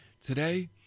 Today